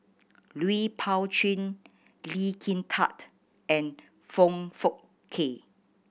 Lui Pao Chuen Lee Kin Tat and Foong Fook Kay